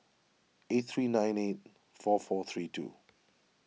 eight three nine eight four four three two